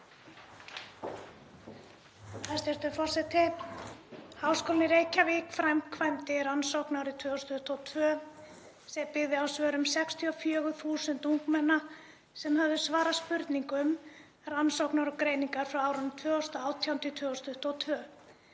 Hæstv. forseti. Háskólinn í Reykjavík framkvæmdi rannsókn árið 2022 sem byggði á svörum 64.000 ungmenna sem höfðu svarað spurningum Rannsókna og greiningar frá árinu 2018–2022.